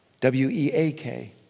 W-E-A-K